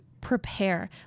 prepare